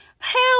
hell